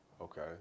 Okay